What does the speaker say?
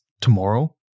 tomorrow